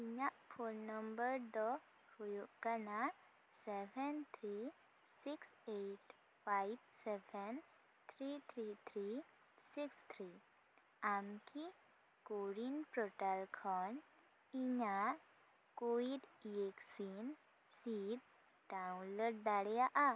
ᱤᱧᱟᱹᱜ phone number ᱫᱚ ᱦᱩᱭᱩᱜ ᱠᱟᱱᱟ seven three six eight five seven three three three six three ᱟᱢᱠᱤ ᱠᱳᱨᱤᱱ ᱯᱳᱨᱴᱟᱞ ᱠᱷᱚᱱ ᱤᱧᱟᱹᱜ ᱠᱳᱭᱤᱰ ᱤᱭᱮᱠᱥᱤᱱ ᱥᱤᱫ ᱰᱟᱣᱩᱱᱞᱳᱰ ᱫᱟᱲᱮᱭᱟᱜᱼᱟ